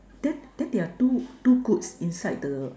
then then their two two goods inside the